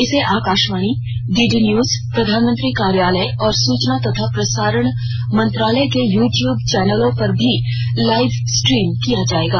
इसे Akashvani DD news प्रधानमंत्री कार्यालय और सूचना तथा प्रसारण मंत्रालय के यूटूब चौनलों पर भी लाइव स्ट्रीम किया जायेगा